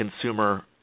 consumer